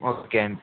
okay అండి